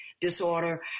disorder